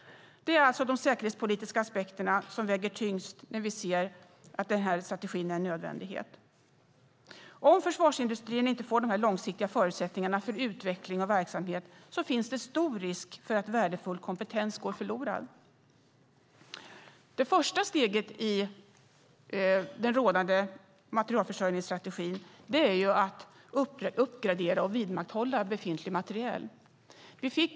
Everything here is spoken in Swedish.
Det är alltså de säkerhetspolitiska aspekterna som väger tyngst när vi ser att nämnda strategi är nödvändig. Om försvarsindustrin inte får långsiktiga förutsättningar för utveckling av verksamheten är risken stor att värdefull kompetens går förlorad. Det första steget i rådande materielförsörjningsstrategi är att uppgradera och vidmakthålla befintlig materiel.